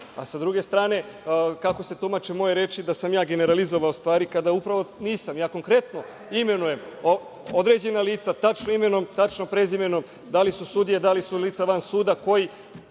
S druge strane, kako se tumače moje reči da sam ja generalizovao stvari, kada upravo nisam? Ja konkretno imenujem određena lica, tačno imenom i prezimenom, da li su sudije, da li su lica van suda, koji